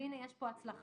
והינה יש פה הצלחה,